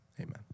Amen